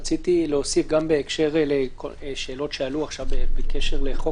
רציתי להוסיף גם בהקשר לשאלות שעלו עכשיו בקשר לחוק